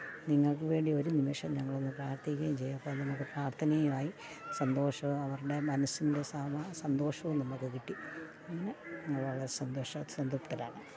നിങ്ങൾക്കു വേണ്ടി ഒരു നിമിഷം ഞങ്ങളൊന്നു പ്രാർത്ഥിക്കുകയും ചെയ്യും അപ്പം അതു നമുക്ക് പ്രാർത്ഥനയുമായി സന്തോഷം അവരുടെ മനസ്സിൻ്റെ സമ സന്തോഷവും നമുക്ക് കിട്ടി പിന്നെ വളരെ സന്തോഷം സംതൃപ്തരാണ്